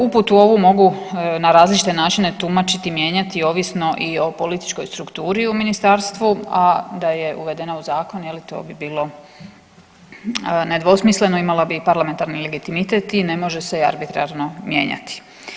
Uputu ovu mogu na različite načine tumačiti, mijenjati ovisno i o političkoj strukturi u ministarstvu, a da je uvedena u zakon to bi bilo nedvosmisleno, imala bi i parlamentarni legitimitet i ne može se arbitrarno mijenjati.